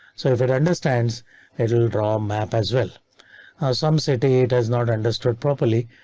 so it understands it'll draw map as well some city. it has not understood properly,